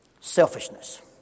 Selfishness